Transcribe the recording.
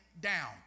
down